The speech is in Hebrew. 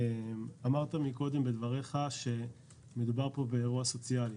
אמרת מקודם בדבריך שמדובר פה באירוע סוציאלי,